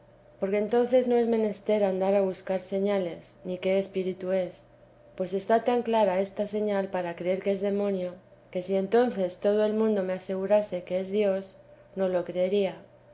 porque entonces no es menester andar a buscar señales ni qué espíritu es pues está tan clara esta señal para creer que es demonio que si entonces todo el mundo me asegurase que es dios no lo creería